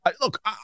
look